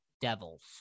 Devils